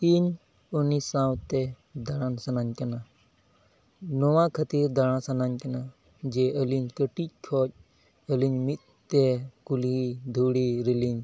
ᱤᱧ ᱩᱱᱤ ᱥᱟᱶᱛᱮ ᱫᱟᱲᱟᱱ ᱥᱟᱱᱟᱧ ᱠᱟᱱᱟ ᱱᱚᱣᱟ ᱠᱷᱟᱹᱛᱤᱨ ᱫᱟᱲᱟᱱ ᱥᱟᱱᱟᱧ ᱠᱟᱱᱟ ᱡᱮ ᱟᱹᱞᱤᱧ ᱠᱟᱹᱴᱤᱡ ᱠᱷᱚᱱ ᱢᱤᱫᱛᱮ ᱠᱩᱞᱦᱤ ᱫᱷᱩᱲᱤ ᱨᱮᱞᱤᱧ